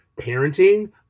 parenting